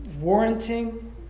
warranting